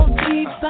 deep